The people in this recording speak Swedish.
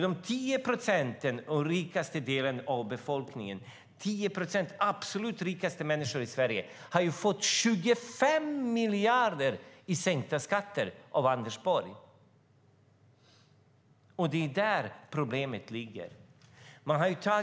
De 10 procent som utgör den rikaste delen av befolkningen har fått 25 miljarder i sänkta skatter av Anders Borg. Här ligger problemet.